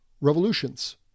revolutions